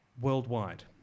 worldwide